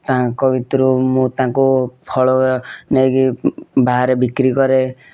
ତାଙ୍କ ଭିତରୁ ମୁଁ ତାଙ୍କୁ ଫଳ ନେଇକି ବାହାରେ ବିକ୍ରି କରେ